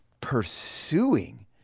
pursuing